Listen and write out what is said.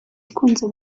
ikunze